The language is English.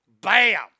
Bam